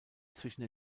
zwischen